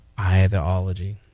ideology